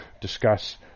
discuss